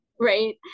right